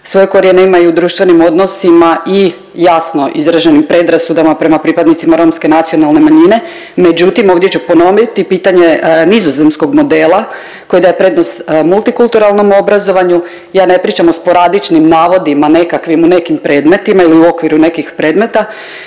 svoje korijene ima i u društvenim odnosima i jasno izraženim predrasudama prema pripadnicima romske nacionalne manjine. Međutim, ovdje ću ponoviti pitanje nizozemskog modela koje daje prednost multikulturalnom obrazovanju, ja ne pričam o sporadičnim navodima nekakvim u nekim predmetima ili u okviru nekih predmeta